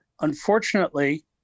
Unfortunately